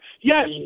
Yes